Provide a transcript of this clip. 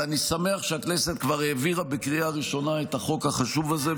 ואני שמח שהכנסת כבר העבירה בקריאה ראשונה את החוק החשוב הזה,